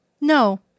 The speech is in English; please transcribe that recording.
No